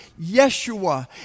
Yeshua